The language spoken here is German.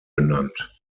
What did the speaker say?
genannt